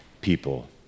people